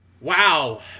Wow